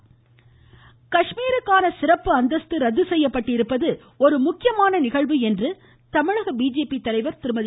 Tamilisai voice காஷ்மீருக்கான சிறப்பு அந்தஸ்து ரத்து செய்யப்பட்டிருப்பது ஒரு முக்கியமான நிகழ்வு தமிழக பிஜேபி தலைவர் திருமதி